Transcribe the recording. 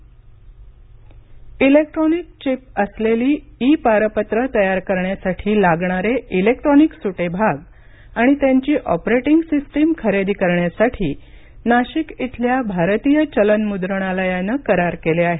लोकसभा पारपत्र electronic chip असलेली e पारपत्रं तयार करण्यासाठी लागणारे इलेक्ट्रॉनिक सुटे भाग आणि त्यांची ऑपरेटिंग सिस्टिम खरेदी करण्यासाठी नाशिक इथल्या भारतीय चलन मुद्रणालयानं करार केले आहेत